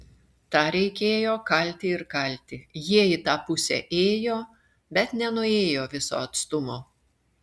tą reikėjo kalti ir kalti jie į tą pusę ėjo bet nenuėjo viso atstumo